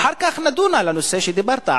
ואחר כך נדון על הנושא שדיברת,